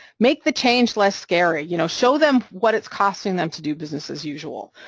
make the change less scary, you know, show them what it's costing them to do business-as-usual,